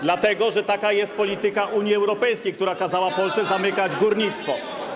Dlatego, że taka jest polityka Unii Europejskiej, która kazała Polsce zamykać górnictwo.